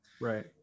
Right